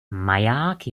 maják